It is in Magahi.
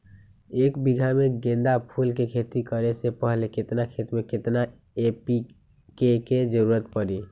एक बीघा में गेंदा फूल के खेती करे से पहले केतना खेत में केतना एन.पी.के के जरूरत परी?